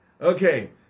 Okay